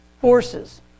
forces